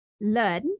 learn